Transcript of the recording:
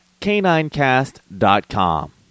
caninecast.com